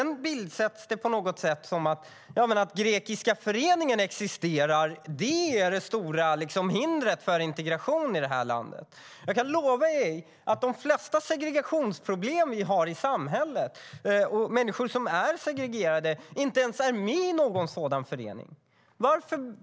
Ni målar upp att Grekiska föreningens existens är det stora hindret för integration i vårt land. Jag kan lova dig, Paula Bieler, att många av dem som tillhör segregerade grupper i samhället inte ens är med i någon sådan förening.